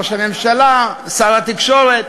ראש הממשלה שר התקשורת,